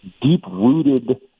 deep-rooted